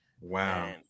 Wow